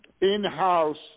in-house